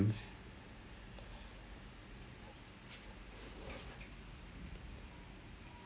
ya I had I had a bit err where they two three subject mathematics mathematics தான்:thaan main ah